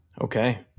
Okay